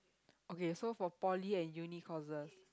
okay so for poly and uni courses